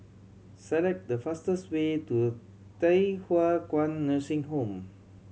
select the fastest way to Thye Hua Kwan Nursing Home